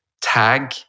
tag